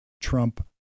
trump